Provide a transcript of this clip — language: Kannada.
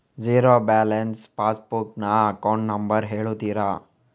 ಝೀರೋ ಬ್ಯಾಲೆನ್ಸ್ ಪಾಸ್ ಬುಕ್ ನ ಅಕೌಂಟ್ ನಂಬರ್ ಹೇಳುತ್ತೀರಾ?